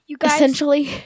essentially